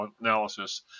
analysis